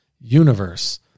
universe